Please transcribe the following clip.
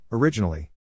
Originally